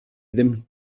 ddim